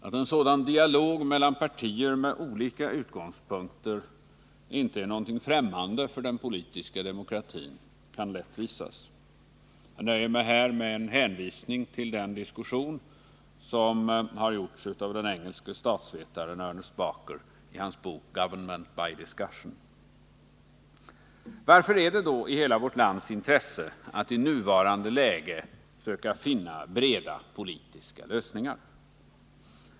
Att en sådan dialog mellan partier med olika utgångspunkter inte är någonting främmande för den politiska demokratin kan lätt vis s. Jag nöjer mig här med en hänvisning till diskussionen av den engelske statsvetaren Ernest Barker i hans bok Government by discussion. Varför är det då i hela vårt lands intresse att i nuvarande läge söka finna breda politiska lösningar?